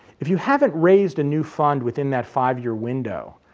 if you haven't raised a new fund within that five year window,